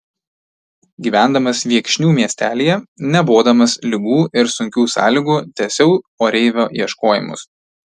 gyvendamas viekšnių miestelyje nebodamas ligų ir sunkių sąlygų tęsiau oreivio ieškojimus